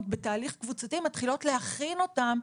ובתהליך קבוצתי אנחנו מתחילות להכין אותן.